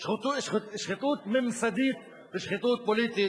שחיתות ממסדית ושחיתות פוליטית.